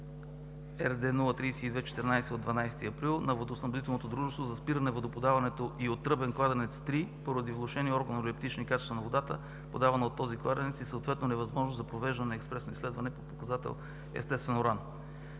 РД-032-14 от 12 април на водоснабдителното дружество за спиране водоподаването и от тръбен кладенец 3, поради влошени органолептични качества на водата, подавана от този кладенец и съответно невъзможност за провеждане на експресно изследване по показател „естествен уран“.